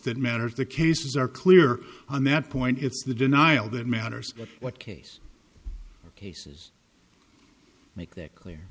that matters the cases are clear on that point it's the denial that matters but what case cases make that clear